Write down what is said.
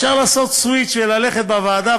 אפשר לעשות סוויץ' וללכת בוועדה,